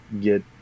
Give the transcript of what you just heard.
get